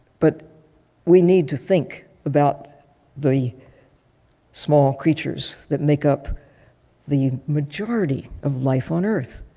but we need to think about the small creatures that make up the majority of life on earth,